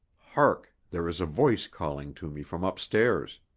hark! there is a voice calling to me from upstairs.